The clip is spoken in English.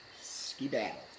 Ski-battle